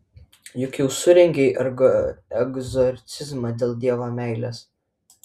juk jau surengei egzorcizmą dėl dievo meilės